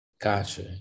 Gotcha